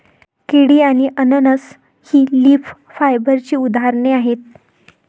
केळी आणि अननस ही लीफ फायबरची उदाहरणे आहेत